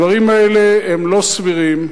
הדברים האלה הם לא סבירים,